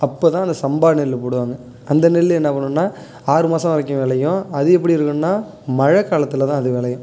அப்போ தான் அந்த சம்பா நெல் போடுவாங்க அந்த நெல் என்ன பண்ணுன்னால் ஆறு மாதம் வரைக்கும் விளையும் அது எப்படி இருக்குணுன்னால் மழை காலத்தில் தான் அது விளையும்